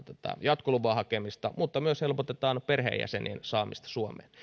jatkoluvan hakemista mutta myös helpotetaan perheenjäsenien saamista suomeen